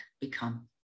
become